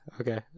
okay